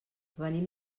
venim